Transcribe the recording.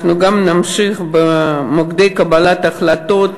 אנחנו גם נמשיך במוקדי קבלת החלטות,